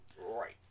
Right